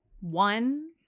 one